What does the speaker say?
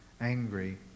angry